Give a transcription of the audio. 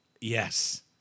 Yes